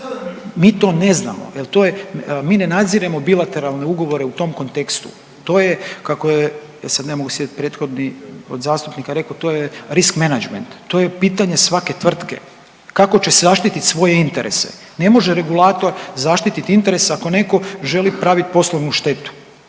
jer to je, mi ne nadziremo bilateralne ugovore u tom kontekstu. To je kako je, ja se sad ne mogu sjetiti prethodni od zastupnika je rekao to je risk menagement. To je pitanje svake tvrtke kako će zaštititi svoje interese. Ne može regulator zaštiti interes ako netko želi praviti poslovnu štetu.